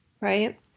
right